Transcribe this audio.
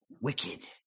wicked